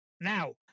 Now